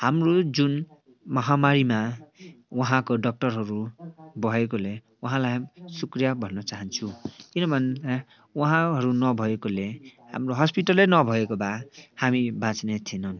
हाम्रो जुन महामारीमा वहाँको डक्टरहरू भएकोले उहाँलाई सुक्रिया भन्न चाहन्छु किनभन्दा उहाँहरू नभएकोले हाम्रो हस्पिटलै नभएको भए हामी बाँच्ने थिएनन्